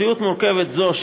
מציאות מורכבת זו,